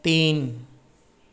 तीन